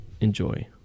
enjoy